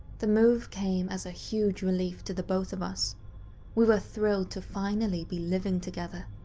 the move came as a huge relief to the both of us we were thrilled to finally be living together.